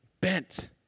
bent